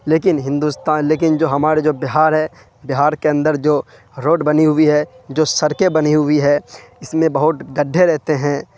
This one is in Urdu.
لیکن ہندوستان لیکن جو ہمارے جو بہار ہے بہار کے اندر جو روڈ بنی ہوئی ہے جو سڑکیں بنی ہوئی ہے اس میں بہت گڈھے رہتے ہیں